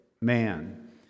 man